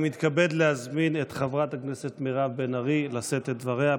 אני מתכבד להזמין את חברת הכנסת מירב בן ארי לשאת את דבריה,